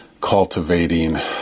cultivating